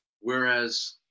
Whereas